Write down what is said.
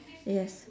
yes